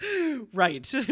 Right